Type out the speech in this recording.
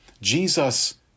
Jesus